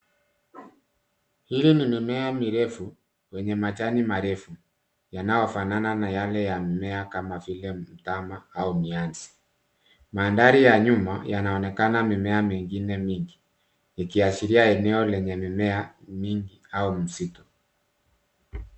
Hili ni mimea mirefu kwenye majani marefu, yanayofanana na yale ya mimea kama vile mtama au mianzi. Mandhari ya nyuma yanaonyesha mimea mingine mingi, ikiashira eneo lenye mimea mingi au msitu.